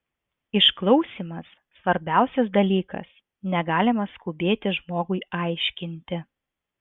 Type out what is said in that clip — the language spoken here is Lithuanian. išklausymas svarbiausias dalykas negalima skubėti žmogui aiškinti